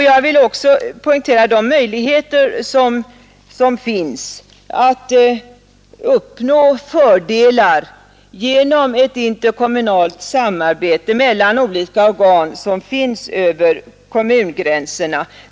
Jag vill också poängtera de möjligheter som finns att uppnå fördelar genom ett interkommunalt samarbete mellan olika organ över kommungränserna.